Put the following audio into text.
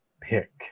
pick